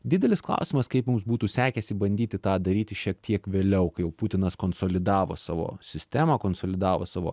didelis klausimas kaip mums būtų sekęsi bandyti tą daryti šiek tiek vėliau kai jau putinas konsolidavo savo sistemą konsolidavo savo